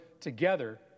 together